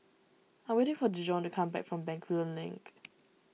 I'm waiting for Dijon to come back from Bencoolen Link